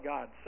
God